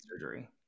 surgery